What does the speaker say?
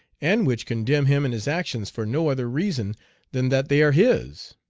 and which condemn him and his actions for no other reason than that they are his.